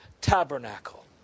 tabernacle